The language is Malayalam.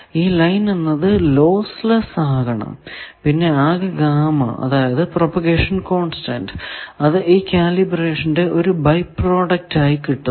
ഈ ലൈൻ എന്നത് ലോസ് ലെസ്സ് ആകണം പിന്നെ ആകെ ഗാമ അതായതു പ്രൊപഗേഷൻ കോൺസ്റ്റന്റ് അത് ഈ കാലിബ്രേഷന്റെ ഒരു ബൈ പ്രോഡക്റ്റ് ആയി കിട്ടുന്നു